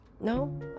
no